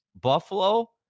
Buffalo